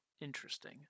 interesting